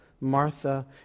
Martha